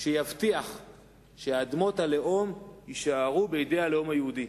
שיבטיח שאדמות הלאום יישארו בידי הלאום היהודי.